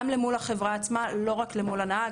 גם למול החברה עצמה, לא רק למול הנהג.